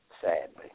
Sadly